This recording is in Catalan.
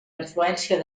influència